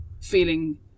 feeling